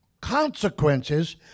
consequences